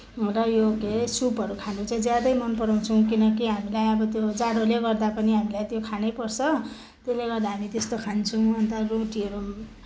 र यो के अरे सुपहरू खानु चाहिँ ज्यादै मन पराउँछौँ किनकि हामीलाई अब त्यो जाडोले गर्दा पनि हामीलाई त्यो खानैपर्छ त्यसले गर्दा हामी त्यस्तो खान्छौँ अनि त रोटीहरू